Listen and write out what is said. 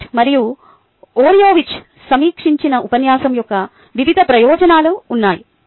Wankat మరియు Oreovicz సమీక్షించిన ఉపన్యాసం యొక్క వివిధ ప్రయోజనాలు ఉన్నాయి